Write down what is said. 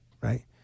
right